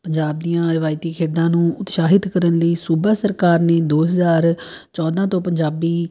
ਪੰਜਾਬ ਦੀਆਂ ਰਿਵਾਇਤੀ ਖੇਡਾਂ ਨੂੰ ਉਤਸ਼ਾਹਿਤ ਕਰਨ ਲਈ ਸੂਬਾ ਸਰਕਾਰ ਨੇ ਦੋ ਹਜ਼ਾਰ ਚੋਦਾਂ ਤੋਂ ਪੰਜਾਬੀ